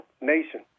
nation